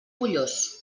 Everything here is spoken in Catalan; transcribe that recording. pollós